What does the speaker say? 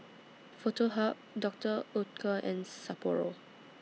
Foto Hub Doctor Oetker and Sapporo